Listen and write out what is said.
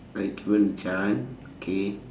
I given a chance okay